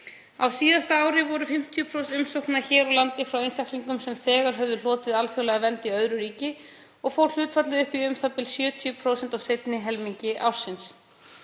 Á síðasta ári voru 50% umsókna hér á landi frá einstaklingum sem þegar höfðu hlotið alþjóðlega vernd í öðru ríki og fór hlutfallið upp í u.þ.b. 70% á seinni helmingi ársins.